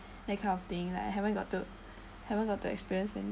that kind of thing like I haven't got to haven't got to experience many